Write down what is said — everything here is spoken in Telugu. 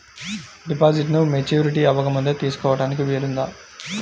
డిపాజిట్ను మెచ్యూరిటీ అవ్వకముందే తీసుకోటానికి వీలుందా?